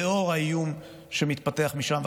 לנוכח האיום שמתפתח משם,